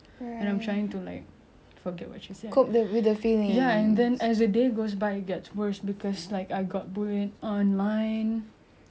ya and then as the day goes by it gets worse cause like I got bullied online last time kalau you ingat like myspace blogspot was a thing